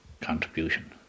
contribution